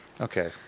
Okay